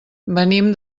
venim